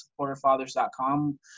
SupporterFathers.com